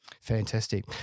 Fantastic